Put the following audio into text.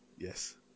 Yes